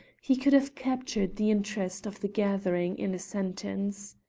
he could have captured the interest of the gathering in a sentence.